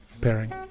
pairing